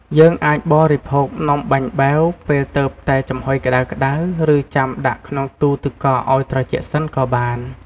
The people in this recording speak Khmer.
យើងអាចបរិភោគនំបាញ់បែវពេលទើបតែចំហុយក្ដៅៗ ឬចាំដាក់ក្នុងទូទឹកកកឱ្យត្រជាក់សិនក៏បាន។